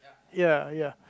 ya ya